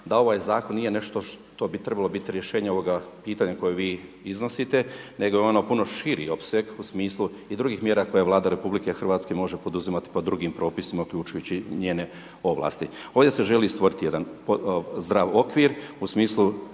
da ovaj zakon nije nešto što bi trebalo biti rješenje ovoga pitanja koje vi iznosite nego je ono puno širi opseg u smislu i drugih mjera koje Vlada RH može poduzimati pod drugim propisima uključujući njene ovlasti. Ovdje se želi stvoriti jedan zdrav okvir u smislu